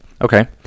okay